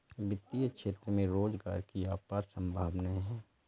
वित्तीय क्षेत्र में रोजगार की अपार संभावनाएं हैं